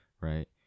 Right